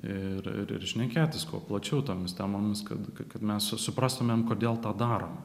ir ir ir šnekėtis kuo plačiau tomis temomis kad kad mes suprastumėm kodėl tą darom